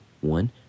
one